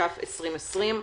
התשפ"א-2021.